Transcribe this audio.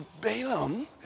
Balaam